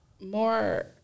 More